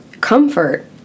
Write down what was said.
comfort